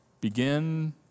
begin